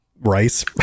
rice